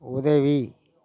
உதவி